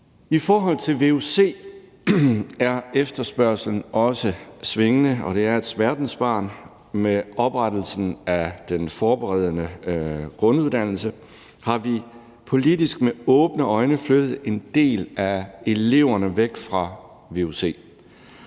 I forhold til vuc er efterspørgslen også svingende. Det er et smertensbarn, og med oprettelsen af den forberedende grunduddannelse har vi politisk med åbne øjne flyttet en del af eleverne væk fra vuc,